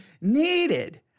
needed